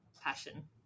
passion